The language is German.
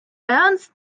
ernst